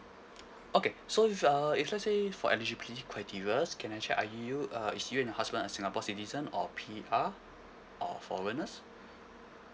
okay so sure uh if let say for eligibility criterias can I check either you uh is you and your husband a singapore citizen or P_R or foreigners